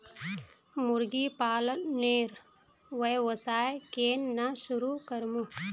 मुर्गी पालनेर व्यवसाय केन न शुरु करमु